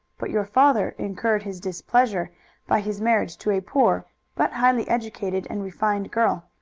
but your father incurred his displeasure by his marriage to a poor but highly educated and refined girl.